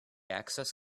access